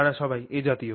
তারা সবাই এ জাতীয়